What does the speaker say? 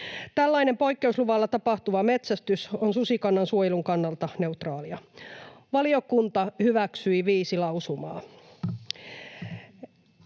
Tällainen poikkeusluvalla tapahtuva metsästys on susikannan suojelun kannalta neutraalia. Valiokunta hyväksyi viisi lausumaa.